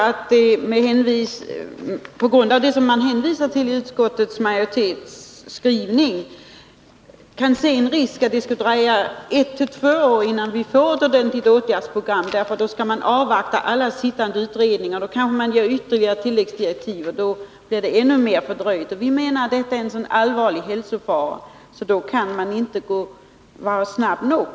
Herr talman! I det som utskottsmajoriteten hänvisar till i sin skrivning ser vi en risk för att det skulle dröja ett å två år innan vi får ett ordentligt åtgärdsprogram. Man vill ju avvakta alla pågående utredningar. Kanske ger regeringen dessa utredningar ytterligare tilläggsdirektiv, så att de blir ännu mer fördröjda. Vi menar att föroreningarna från biltrafiken är en så allvarlig hälsofara att man inte kan vara snabb nog.